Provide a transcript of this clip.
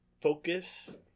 focus